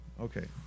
Okay